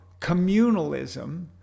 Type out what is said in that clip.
communalism